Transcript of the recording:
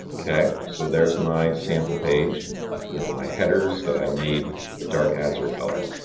ok so there's my sample page with my headers that i made the dark azure colour.